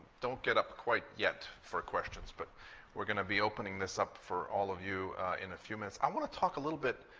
don't get up quite yet for questions, but we're going to be opening this up for all of you in a few minutes. i want to talk a little bit,